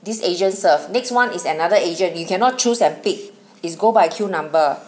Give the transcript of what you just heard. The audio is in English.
these agents serve next one is another agent you cannot choose and pick it's go by queue number